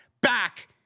back